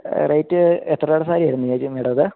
rate എത്ര രൂപയുടെ സാരി ആയിരുന്നു ചേച്ചി മാഡം അത്